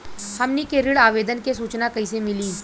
हमनी के ऋण आवेदन के सूचना कैसे मिली?